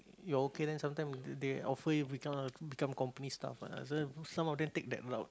you are okay then sometime they they offer you become uh become company staff ah so then some of them take that job